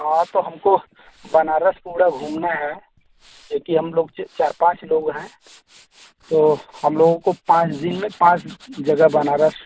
हाँ तो हमको बनारस पूरा घूमना है देखिए हम लोग चार पाँच लोग हैं तो हम लोगों को पाँच दिन में पाँच जगह बनारस